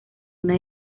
una